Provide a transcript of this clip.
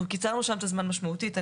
קיצרנו שם משמעותית את הזמן.